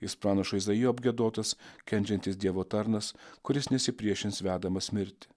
jis pranašo izaijo apgiedotas kenčiantis dievo tarnas kuris nesipriešins vedamas mirti